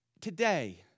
Today